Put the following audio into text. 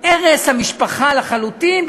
הרס המשפחה לחלוטין.